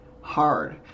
hard